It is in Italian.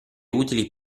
utili